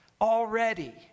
already